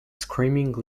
screaming